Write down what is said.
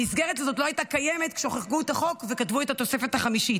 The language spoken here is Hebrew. המסגרת הזאת לא הייתה קיימת כשחוקקו את החוק וכתבו את התוספת החמישית.